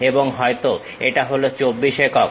এবং হয়তো এটা হল 24 একক